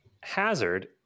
hazard